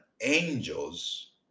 angels